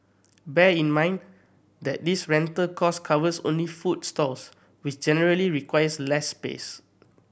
bear in mind that this rental cost covers only food stalls which generally requires less space